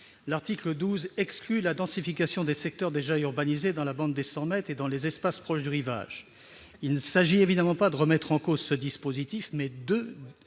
l'article 12 exclut la densification des secteurs déjà urbanisés dans la bande des cent mètres et dans les espaces proches du rivage. S'il n'est évidemment pas question de remettre en cause ce dispositif, deux